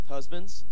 Husbands